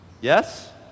yes